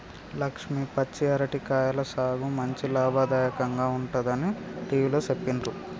లక్ష్మి పచ్చి అరటి కాయల సాగు మంచి లాభదాయకంగా ఉంటుందని టివిలో సెప్పిండ్రు